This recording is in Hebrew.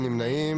מי נמנע?